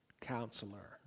counselor